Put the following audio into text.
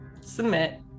submit